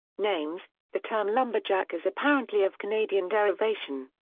names the term lumberjack is apparently of canadian derivation.